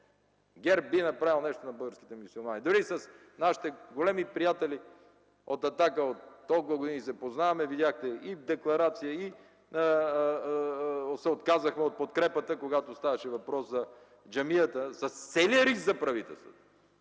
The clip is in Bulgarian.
ГЕРБ би направил нещо на българските мюсюлмани! Дори с нашите големи приятели от „Атака” от толкова години се познаваме, видяхте – и декларация, и се отказаха от подкрепата, когато ставаше въпрос за джамията. С целия риск за правителството!